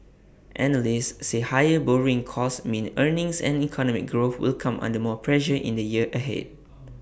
analysts say higher borrowing costs mean earnings and economic growth will come under more pressure in the year ahead